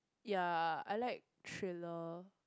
ya I like thriller